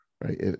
right